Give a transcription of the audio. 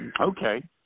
Okay